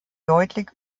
deutlich